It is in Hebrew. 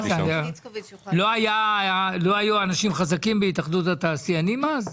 לא היו אנשים חזקים בהתאחדות התעשיינים אז?